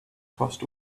cost